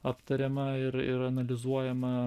aptariama ir ir analizuojama